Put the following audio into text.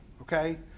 Okay